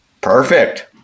Perfect